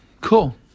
cool